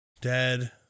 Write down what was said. dead